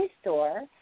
store